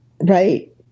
right